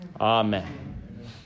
Amen